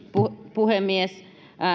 puhemies